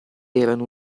erano